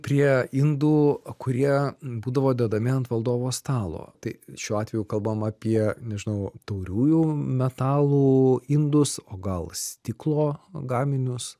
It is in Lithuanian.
prie indų kurie būdavo dedami ant valdovo stalo tai šiuo atveju kalbam apie nežinau tauriųjų metalų indus o gal stiklo gaminius